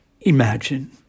Imagine